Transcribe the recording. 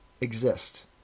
exist